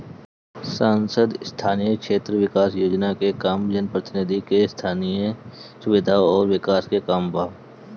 सांसद स्थानीय क्षेत्र विकास योजना के काम जनप्रतिनिधि के स्थनीय सुविधा अउर विकास के काम बा